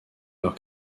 leur